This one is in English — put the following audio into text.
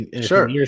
sure